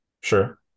sure